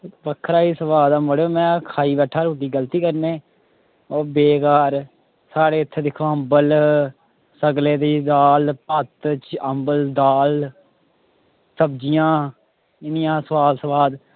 बक्खरा ई सोआद ऐ मड़ो में खाई बैठा रुट्टी गलती कन्नै ओह् बेकार साढ़े इत्थें दिक्खो आं अम्बल सगलै दी दाल भत्त अम्बल दाल सब्ज़ियां इन्नियां सोआद सोआद